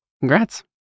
Congrats